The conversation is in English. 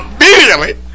immediately